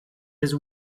his